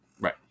Right